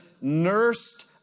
nursed